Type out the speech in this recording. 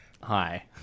hi